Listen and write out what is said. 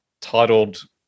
titled